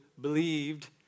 believed